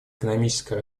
экономическое